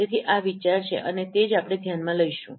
તેથી આ વિચાર છે અને તે જ આપણે ધ્યાનમાં લઈશું